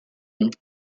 monts